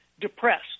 depressed